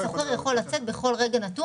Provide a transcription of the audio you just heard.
השוכר יכול לצאת בכל רגע נתון.